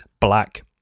black